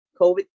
COVID